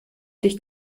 dich